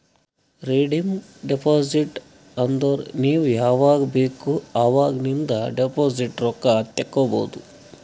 redeem deposit ಅಂದುರ್ ನೀ ಯಾವಾಗ್ ಬೇಕ್ ಅವಾಗ್ ನಿಂದ್ ಡೆಪೋಸಿಟ್ ರೊಕ್ಕಾ ತೇಕೊಬೋದು